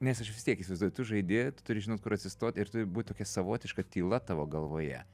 nes aš vis tiek įsivaizduoju tu žaidi turi žinot kur atsistot ir turi būt tokia savotiška tyla tavo galvoje